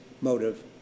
motive